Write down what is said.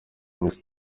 iminsi